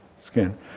skin